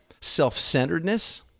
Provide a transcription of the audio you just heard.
Self-centeredness